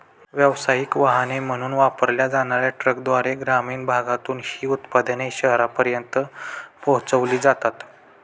व्यावसायिक वाहने म्हणून वापरल्या जाणार्या ट्रकद्वारे ग्रामीण भागातून ही उत्पादने शहरांपर्यंत पोहोचविली जातात